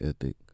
ethic